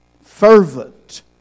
fervent